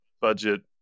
budget